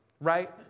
right